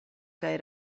kaj